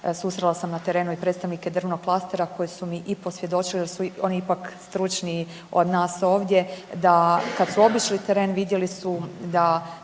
susrela sam na terenu i predstavnike drvnog klastera koji su mi i posvjedočili, jer su oni ipak stručniji od nas ovdje, da kad su obišli teren vidjeli su da